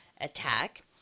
attack